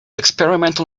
experimental